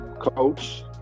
coach